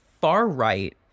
far-right